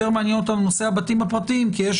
יותר מעניין אותנו בתים פרטיים כי יש